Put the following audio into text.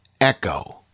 echo